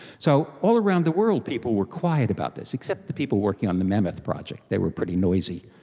so all around the world people were quiet about this, except the people working on the mammoth project, they were pretty noisy.